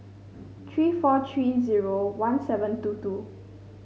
three four three zero one seven two two